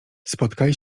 spotkali